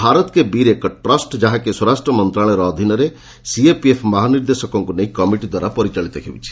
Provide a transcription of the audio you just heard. ଭାରତ୍ କେ ବୀର୍ ଏକ ଟ୍ରଷ୍ ଯାହାକି ସ୍ୱରାଷ୍ର ମନ୍ତଶାଳୟର ଅଧୀନରେ ସିଏପିଏଫ୍ ମହାନିର୍ଦ୍ଦେଶକଙ୍କୁ ନେଇ କମିଟି ଦ୍ୱାରା ପରିଚାଳିତ ହେଉଛି